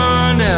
one